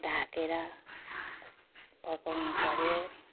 ढाकेर पकाउनुपऱ्यो